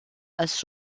als